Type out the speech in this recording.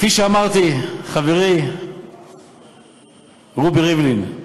כפי שאמרתי, חברי רובי ריבלין,